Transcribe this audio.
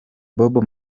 bob